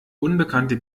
unbekannte